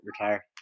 retire